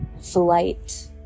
flight